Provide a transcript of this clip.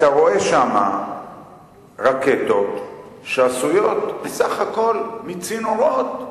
אתה רואה שם רקטות שעשויות בסך הכול מצינורות.